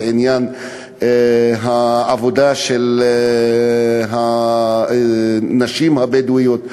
ועניין העבודה של הנשים הבדואיות,